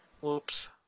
Whoops